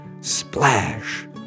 Splash